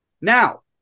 Now